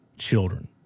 children